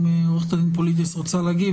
עורכת הדין פוליטיס רוצה להגיב?